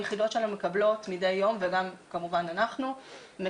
היחידות שלנו מקבלות מדי יום וגם כמובן אנחנו מקבלים,